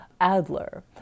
Adler